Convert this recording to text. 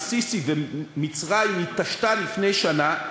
שא-סיסי ומצרים התעשתו לפני שנה,